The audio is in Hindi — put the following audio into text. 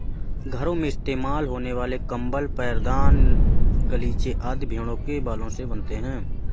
घरों में इस्तेमाल होने वाले कंबल पैरदान गलीचे आदि भेड़ों के बालों से बनते हैं